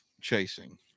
chasing